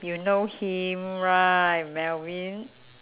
you know him right melvin